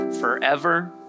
Forever